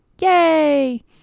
Yay